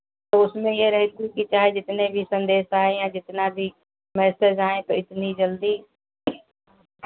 तो उसमें ये रहती कि चाहे जितनी भी सन्देश आए या जितना भी मैसेज आए तो इतनी जल्दी